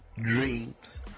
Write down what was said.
dreams